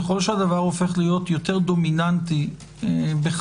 ככל שהדבר הופך להיות יותר דומיננטי בחיינו,